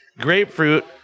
grapefruit